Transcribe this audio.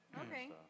Okay